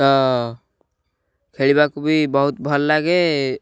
ତ ଖେଳିବାକୁ ବି ବହୁତ ଭଲ ଲାଗେ